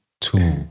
two